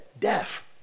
deaf